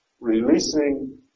releasing